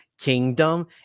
kingdom